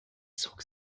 zog